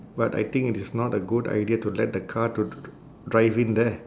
but I think it is not a good idea to let the car to dri~ dri~ drive in there